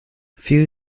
few